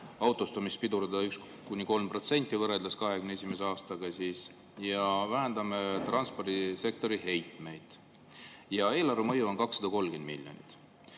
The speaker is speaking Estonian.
autostumist pidurdada 1–3% võrreldes 2021. aastaga, ja vähendame transpordisektori heitmeid. Eelarve mõju on 230 miljonit. Ma